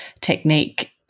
technique